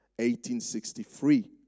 1863